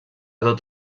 tot